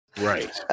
right